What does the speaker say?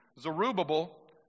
Zerubbabel